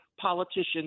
politicians